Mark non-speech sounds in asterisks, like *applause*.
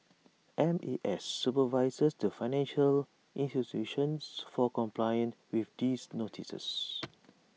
M E S supervises the financial institutions for compliance with these notices *noise*